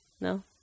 No